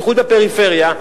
בייחוד בפריפריה,